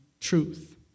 truth